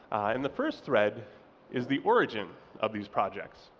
and the first thread is the origin of these projects.